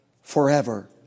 forever